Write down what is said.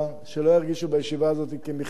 שלא ירגישו בישיבה הזו כמכלאה,